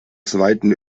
zweiten